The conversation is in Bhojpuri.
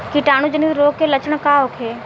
कीटाणु जनित रोग के लक्षण का होखे?